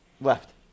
left